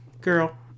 girl